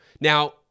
Now